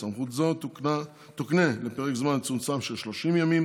סמכות זו תוקנה לפרק זמן מצומצם של 30 ימים,